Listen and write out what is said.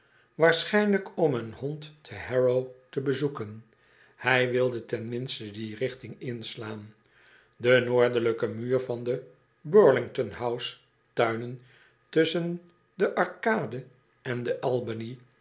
waarschijnlijk om een hond te harrow te bezoeken hij wilde ten minste die richting inslaan de noordelijke muur van de burlington houae tuinen tusschen de arcade en de